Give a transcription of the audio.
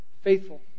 Faithful